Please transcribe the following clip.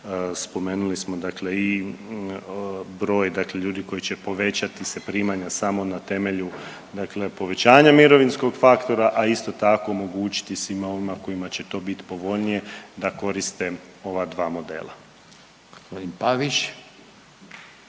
spomenuli smo i broj ljudi koji će povećati se primanja samo na temelju povećanja mirovinskog faktora, a isto tako omogućiti svima onima kojima će to bit povoljnije da koriste ova dva modela.